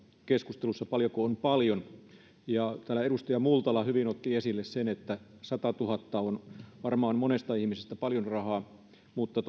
keskustelussa miettimään paljonko on paljon ja täällä edustaja multala hyvin otti esille sen että satatuhatta on varmaan monesta ihmisestä paljon rahaa mutta